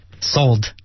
sold